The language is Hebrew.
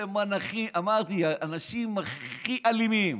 אמרתי, האנשים הכי אלימים,